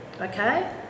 okay